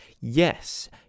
Yes